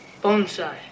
Bonsai